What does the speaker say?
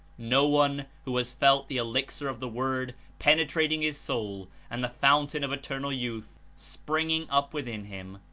no one, who has felt the elixir of the word penetrating his soul and the fountain of eternal youth springing up within him,